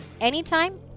anytime